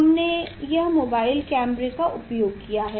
हमने यह mobile camera का उपयोग किया है